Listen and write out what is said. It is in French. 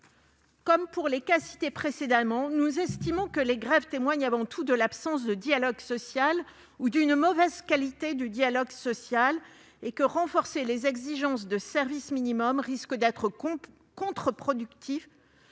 Comme dans les cas cités précédemment, nous estimons que les grèves témoignent avant tout de l'absence de dialogue social ou d'une mauvaise qualité de celui-ci. Selon nous, le renforcement des exigences en matière de service minimum risque d'être contre-productif,